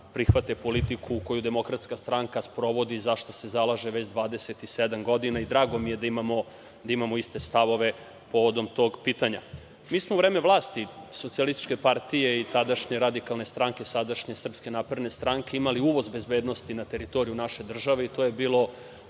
prihvate politiku koju Demokratska stranka sprovodi, za šta se zalaže već 27 godina i drago mi je da imamo iste stavove povodom tog pitanja. Mi smo u vreme vlasti Socijalističke partije i tadašnje Radikalne stranke, sadašnje Srpske napredne stranke, imali uvoz bezbednosti na teritoriju naše države i to je bilo